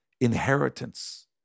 inheritance